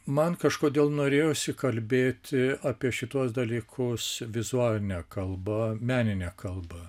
man kažkodėl norėjosi kalbėti apie šituos dalykus vizualine kalba menine kalba